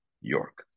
York